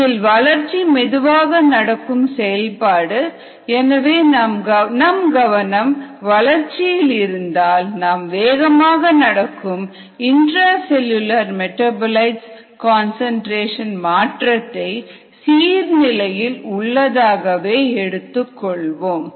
இதில் வளர்ச்சி மெதுவாக நடக்கும் செயல்பாடு எனவே நம் கவனம் வளர்ச்சியில் இருந்தால் நாம் வேகமாக நடக்கும் இந்ட்ரா செல்லுலார் மெடாபோலிட்ஸ் கன்சன்ட்ரேஷன் மாற்றத்தை சீர் நிலையில் உள்ளதாக எடுத்துக்கொள்வோம்